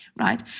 right